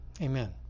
amen